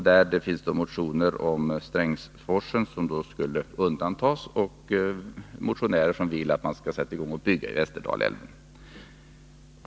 Där finns motioner om att Strängsforsen skulle undantas från utbyggnad och även motioner om påbörjande av utbyggnad av Västerdalälven.